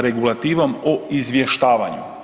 Regulativom o izvještavanju.